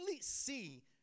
see